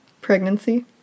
Pregnancy